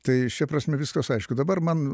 tai šia prasme viskas aišku dabar man